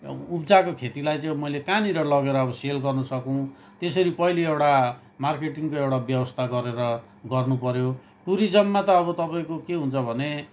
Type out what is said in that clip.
उब्जाको खेतीलाई चाहिँ मैले कहाँनिर लगेर अब सेल गर्नु सकूँ त्यसरी पहिली एउटा मार्केटिङको एउटा व्यवस्था गरेर गर्नुपऱ्यो टुरिज्ममा त अब तपाईँको के हुन्छ भने